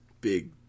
Big